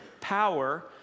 power